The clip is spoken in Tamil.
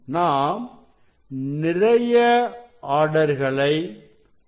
நாம் நிறைய ஆர்டர்களை பார்க்கிறோம்